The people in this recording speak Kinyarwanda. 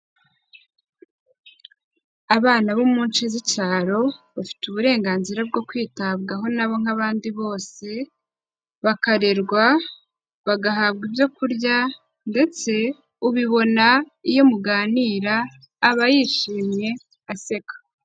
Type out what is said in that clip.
Abana bo mu nce z'icyaro bafite uburenganzira bwo kwitabwaho na bo nk'abandi bose, bakarerwa, bagahabwa ibyo kurya ndetse ubibona iyo muganira aba yishimye aseka.